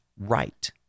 right